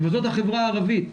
וזאת החברה הערבית.